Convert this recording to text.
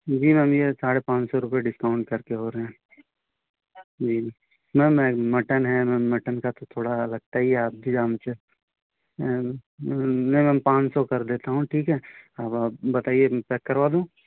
जी ma'am यह साढ़े पाँच सौ रुपये डिस्काउंट करके हो रहे हैं जी मैम मटन है मैम मटन का थोड़ा लगता ही है आप भी जानते हैं नहीं मैम नहीं मैम पाँच सौ कर देता हूँ ठीक है अब आप बताइए पैक करवा दूँ